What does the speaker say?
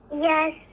Yes